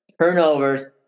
turnovers